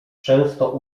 często